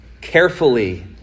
carefully